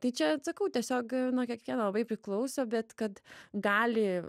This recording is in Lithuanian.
tai čia atsakau tiesiog nuo kiekvieno labai piklauso bet kad gali